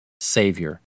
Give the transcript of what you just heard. savior